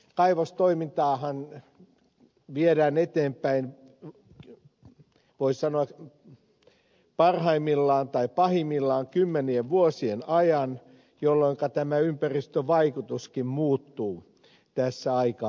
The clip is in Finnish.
kaivostoimintaahan viedään eteenpäin voi sanoa parhaimmillaan tai pahimmillaan kymmenien vuosien ajan jolloinka ympäristövaikutuskin muuttuu tässä aikajaksossa